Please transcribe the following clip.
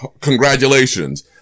congratulations